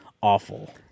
awful